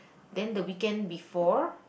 then the weekend before